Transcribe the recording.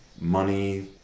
money